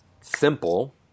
simple